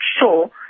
sure